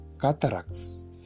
cataracts